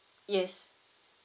yes